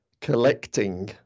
collecting